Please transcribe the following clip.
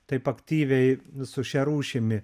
taip aktyviai su šia rūšimi